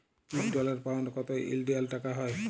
ইক dollar, pound কত ইলডিয়াল টাকা হ্যয়